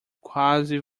quase